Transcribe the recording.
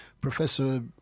Professor